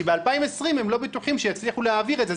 כי ב-2020 הם לא בטוחים שיצליחו להעביר את זה.